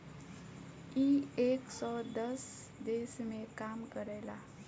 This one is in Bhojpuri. इ एक सौ दस देश मे काम करेला